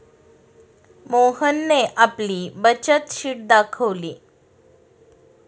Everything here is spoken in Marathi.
मोहनने आपली बचत शीट दाखवली